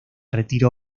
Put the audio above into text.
retiro